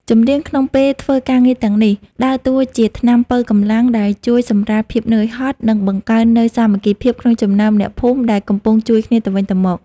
ចម្រៀងក្នុងពេលធ្វើការងារទាំងនេះ ដើរតួជាថ្នាំប៉ូវកម្លាំងដែលជួយសម្រាលភាពនឿយហត់ និងបង្កើននូវសាមគ្គីភាពក្នុងចំណោមអ្នកភូមិដែលកំពុងជួយគ្នាទៅវិញទៅមក។